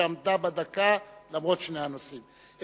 שעמדה בדקה למרות שני הנושאים.